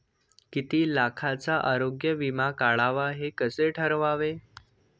किती लाखाचा आरोग्य विमा काढावा हे कसे ठरवावे?